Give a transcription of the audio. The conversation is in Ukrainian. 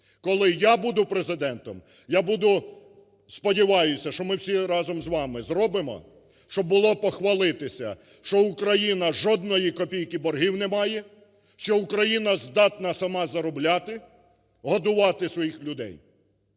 Коли я буду Президентом, я буду, сподіваюся, що ми всі разом з вами зробимо, щоб було похвалитися, що Україна жодної копійки боргів не має, що Україна здатна сама заробляти, годувати своїх людей.